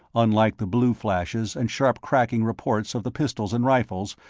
unlike the blue flashes and sharp cracking reports of the pistols and rifles,